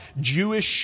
Jewish